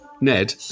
Ned